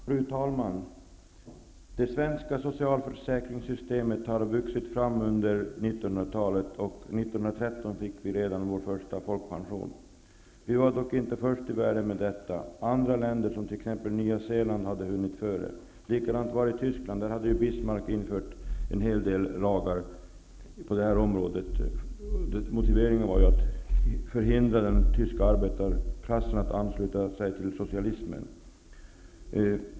Fru talman! Det svenska socialförsäkringssystemet har vuxit fram under 1900-talet, och redan 1913 fick vi vår första folkpension. Vi var dock inte först i världen med detta. Andra länder, t.ex. Nya Zeeland, hade hunnit före. Likadant var det med Tyskland. Där hade Bismarck infört en hel del lagar på det här området. Motiveringen var att förhindra den tyska arbetarklassen att ansluta sig till socialismen.